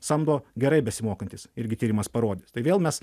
samdo gerai besimokantys irgi tyrimas parodys tai vėl mes